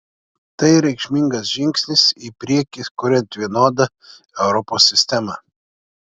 tai reikšmingas žingsnis į priekį kuriant vienodą europos sistemą